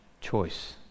choice